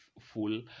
full